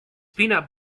peanut